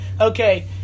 okay